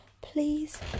Please